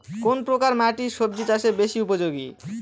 কোন প্রকার মাটি সবজি চাষে বেশি উপযোগী?